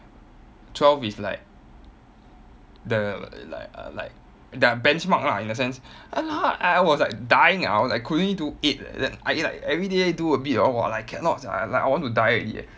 twelve is like the like like their benchmark lah in a sense !walao! I was like dying eh I was like I could only do eight leh then I like everyday do a bit hor !wah! like cannot sia like I want to die already eh